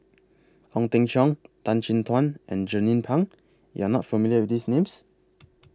Ong Teng Cheong Tan Chin Tuan and Jernnine Pang YOU Are not familiar with These Names